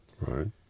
Right